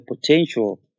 potential